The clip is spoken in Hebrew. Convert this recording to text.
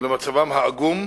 ולמצבם העגום